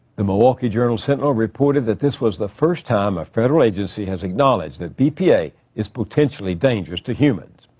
the milwaukee journal sentinel reported that this was the first time a federal agency has acknowledged that bpa is potentially dangerous to humans.